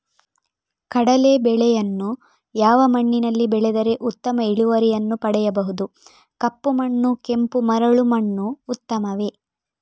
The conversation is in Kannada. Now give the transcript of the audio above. ಕಡಲೇ ಬೆಳೆಯನ್ನು ಯಾವ ಮಣ್ಣಿನಲ್ಲಿ ಬೆಳೆದರೆ ಉತ್ತಮ ಇಳುವರಿಯನ್ನು ಪಡೆಯಬಹುದು? ಕಪ್ಪು ಮಣ್ಣು ಕೆಂಪು ಮರಳು ಮಣ್ಣು ಉತ್ತಮವೇ?